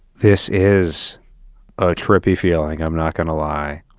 this is a trippy feeling. i'm not gonna lie.